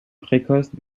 précoce